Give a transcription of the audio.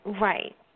Right